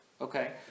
Okay